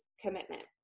commitment